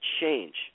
change